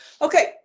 okay